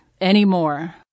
anymore